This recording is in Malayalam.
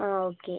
ആ ഓക്കെ